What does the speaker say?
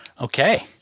Okay